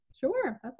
sure